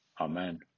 Amen